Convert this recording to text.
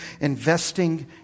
investing